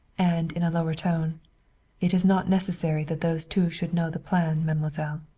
and in a lower tone it is not necessary that those two should know the plan, mademoiselle.